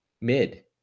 mid